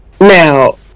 now